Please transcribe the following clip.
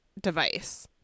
device